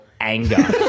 anger